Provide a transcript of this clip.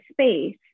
space